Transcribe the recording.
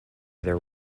their